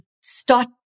start